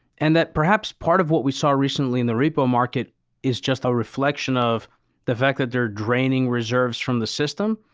and that perhaps part of what we saw recently in the repo market is just a reflection of the fact that they're draining reserves from the system.